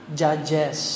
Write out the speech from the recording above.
judges